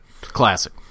classic